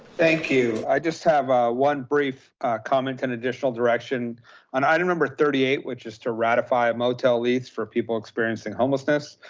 thank you, i just have one brief comment and additional direction on item number thirty eight, which is to ratify a motel lease for people experiencing homelessness.